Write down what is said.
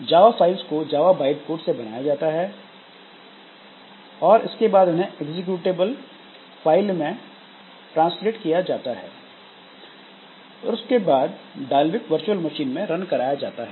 जावा files को Java byte code से बनाया जाता है और इसके बाद इन्हें एग्जीक्यूटेबल फाइल में ट्रांसलेट किया जाता है और उसके बाद डालविक वर्चुअल मशीन में रन कराया जाता है